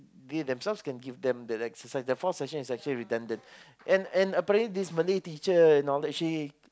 they themselves the exercise this fourth session is actually redundant and and apparently this Malay teacher she